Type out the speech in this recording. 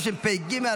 ברשות יושב-ראש הישיבה,